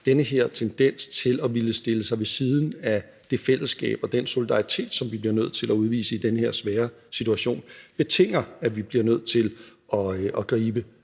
den her tendens til at ville stille sig ved siden af det fællesskab og den solidaritet, som vi bliver nødt til at udvise i den her svære situation, og det synes jeg faktisk betinger, at vi bliver nødt til at gribe